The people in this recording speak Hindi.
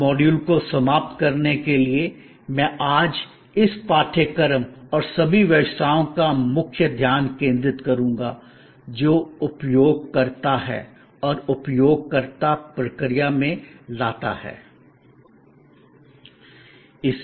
इस मॉड्यूल को समाप्त करने के लिए मैं आज इस पाठ्यक्रम और सभी व्यवसायों का मुख्य ध्यान केंद्रित करूंगा जो उपयोगकर्ता है और उपयोगकर्ता प्रक्रिया में लाता है